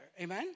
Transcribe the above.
Amen